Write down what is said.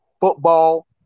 Football